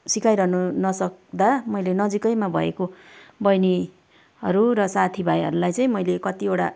सिकाइरहनु नसक्दा मैले नजिकैमा भएको बहिनीहरू र साथी भाइहरूलाई चाहिँ मैले कतिवटा